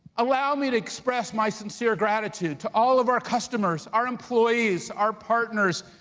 allow me to express my sincere gratitude to all of our customers, our employees, our partners,